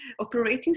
operating